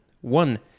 one